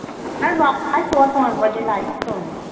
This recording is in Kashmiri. نہٕ حظ ژور پانٛژھ بَجے لاگہِ سُہ کٲم